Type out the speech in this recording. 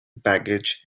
baggage